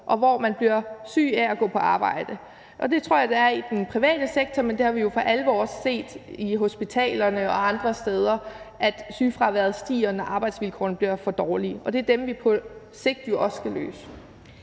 og hvor man bliver syg af at gå på arbejde. Det tror jeg der er i den private sektor, men det har vi jo for alvor også set på hospitalerne og andre steder, og vi har set, at sygefraværet stiger, når arbejdsvilkårene bliver for dårlige, og det er det, vi på sigt også skal løse.